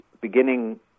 beginning